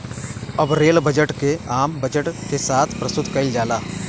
अब rail budget के आम बजट के साथ प्रसतुत कईल जाला